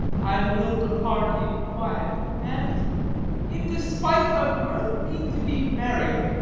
i will depart in quiet, and in despite of mirth mean to be merry.